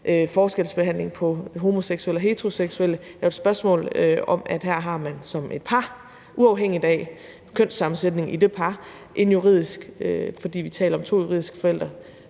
forskelsbehandling af homoseksuelle og heteroseksuelle. Det er jo et spørgsmål om, at man som par uafhængigt af kønssammensætningen i det par har en juridisk retsstilling, fordi vi taler om to juridiske forældre,